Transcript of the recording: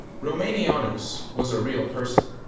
romanianus was a real person,